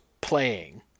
playing